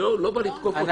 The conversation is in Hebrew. אני לא בא לתקוף אותה.